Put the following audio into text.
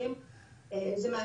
הוא מגלה אחריות ומבין שיש פה בעיה,